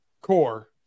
core